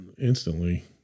instantly